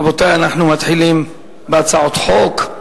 רבותי, אנחנו מתחילים בהצעות חוק.